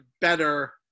better